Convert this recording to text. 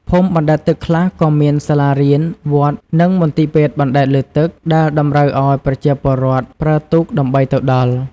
ភូមិបណ្ដែតទឹកខ្លះក៏មានសាលារៀន វត្ត និងមន្ទីរពេទ្យបណ្ដែតលើទឹក ដែលតម្រូវឲ្យប្រជាពលរដ្ឋប្រើទូកដើម្បីទៅដល់។